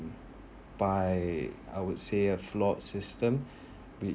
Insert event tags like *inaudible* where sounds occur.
by I would say a flawed system *breath* wh~